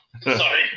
Sorry